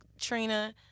Trina